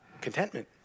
Contentment